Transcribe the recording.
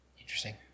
Interesting